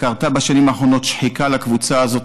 קרתה בשנים האחרונות שחיקה לקבוצה הזאת,